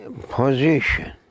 position